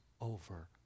over